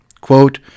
Quote